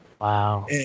Wow